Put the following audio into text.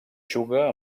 juga